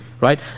right